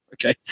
Okay